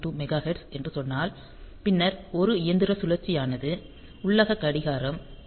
0592 megahertz என்று சொன்னால் பின்னர் ஒரு இயந்திர சுழற்சியானது உள்ளக கடிகாரம் 11